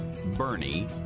Bernie